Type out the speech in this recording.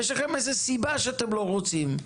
יש לכם איזו סיבה שאתם לא רוצים.